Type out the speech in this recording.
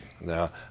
Now